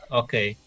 okay